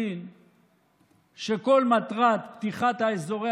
אבל אני חושבת שיש לנו הזדמנות,